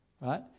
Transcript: right